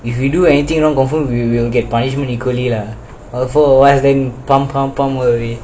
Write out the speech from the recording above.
if we do anything wrong confirm we will get punishment equally lah for awhile then